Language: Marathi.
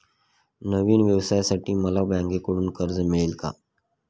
नवीन व्यवसायासाठी मला बँकेकडून कर्ज मिळेल का?